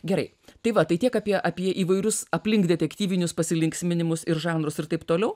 gerai tai va tai tiek apie apie įvairius aplink detektyvinius pasilinksminimus ir žanrus ir taip toliau